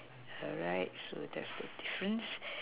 alright so that's a difference